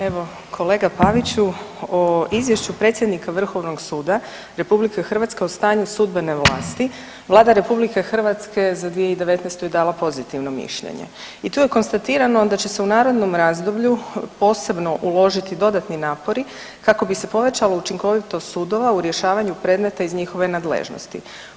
Evo kolega Paviću o izvješću predsjednika Vrhovnog suda RH o stanju sudbene vlasti Vlada RH za 2019. je dala pozitivno mišljenje i tu je konstatirano da će se u narednom razdoblju posebno uložiti dodatni napori kako bi se povećala učinkovitost sudova u rješavanju predmeta iz njihove nadležnosti.